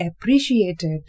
appreciated